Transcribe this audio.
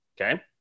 Okay